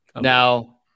Now